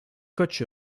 coach